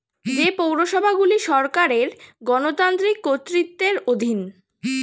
যে পৌরসভাগুলি সরকারের গণতান্ত্রিক কর্তৃত্বের অধীন